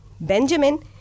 Benjamin